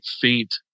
faint